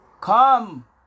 Come